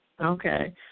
Okay